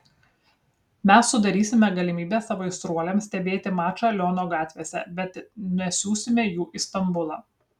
mes sudarysime galimybę savo aistruoliams stebėti mačą liono gatvėse bet nesiųsime jų į stambulą